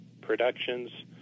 productions